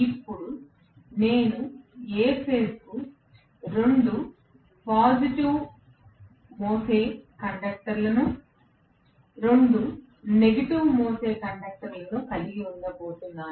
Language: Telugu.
ఇప్పుడు నేను A ఫేజ్ కు 2 పాజిటివ్ సానుకూలంగా మోసే కండక్టర్లను 2 నెగటివ్ ప్రతికూలంగా మోసే కండక్టర్లను కలిగి ఉండబోతున్నాను